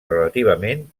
relativament